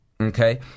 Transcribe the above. Okay